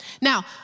Now